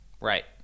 Right